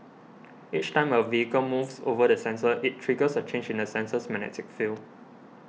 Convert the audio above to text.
each time a vehicle moves over the sensor it triggers a change in the sensor's magnetic field